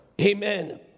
Amen